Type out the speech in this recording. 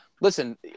listen